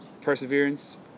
perseverance